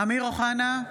אמיר אוחנה,